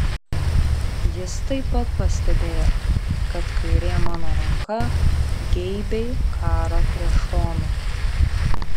jis taip pat pastebėjo kad kairė mano ranka geibiai karo prie šono